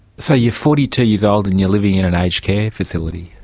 so you're forty two years old and you're living in an aged care facility.